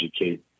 educate